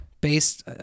based